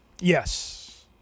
Yes